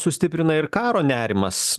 sustiprina ir karo nerimas